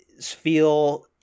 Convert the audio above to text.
feel